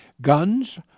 Guns